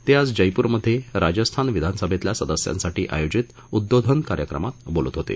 ते आज जयप्रमधे राजस्थान विधानसभेतल्या सदस्यांसाठी आयोजित उद्रोधन कार्यशाळेत बोलत होते